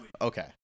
okay